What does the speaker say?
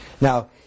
Now